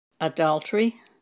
adultery